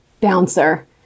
bouncer